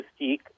mystique